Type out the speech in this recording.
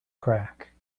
crack